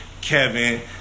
Kevin